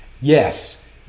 Yes